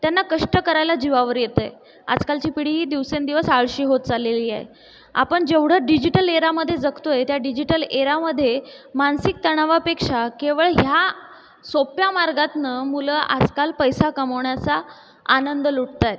त्यांना कष्ट करायला जीवावर येत आहे आजकालची पिढी ही दिवसेंदिवस आळशी होत चाललेली आहे आपण जेवढं डिजिटल एरामध्ये जगत आहे त्या डिजिटल एरामध्ये मानसिक तणावापेक्षा केवळ ह्या सोप्या मार्गातून मुलं आजकाल पैसा कमावण्याचा आनंद लुटत आहेत